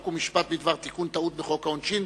חוק ומשפט בדבר תיקון טעות בחוק העונשין